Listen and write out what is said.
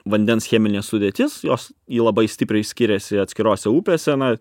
vandens cheminė sudėtis jos ji labai stipriai skiriasi atskirose upėse na